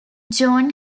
john